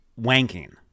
wanking